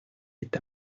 est